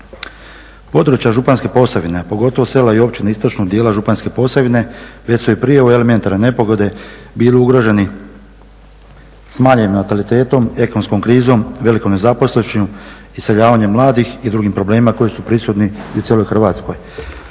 Područja županjske Posavine, pogotovo sela i općine istočnog dijela županjske Posavine već su i prije u elementarnoj nepogodi bili ugroženi s manjim natalitetom, ekonomskom krizom, velikom nezaposlenošću, iseljavanjem mladih i drugim problemima koji su prisutni i u cijeloj Hrvatskoj.